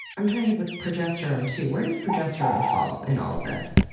i'm trying to think with progesterone too, where does progesterone fall in all of this?